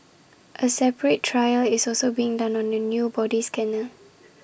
A separate trial is also being done on A new body scanner